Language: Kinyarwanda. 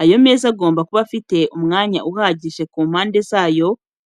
Ayo meza agomba kuba afite umwanya uhagije ku mpande zayo